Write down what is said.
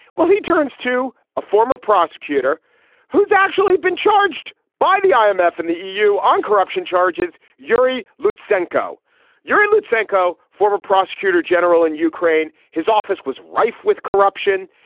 well he turns to a former prosecutor who's actually been charged by the um imf and the eu on corruption charges. uri lute sancho uri lute sancho former prosecutor general in ukraine. his office was rife with corruption.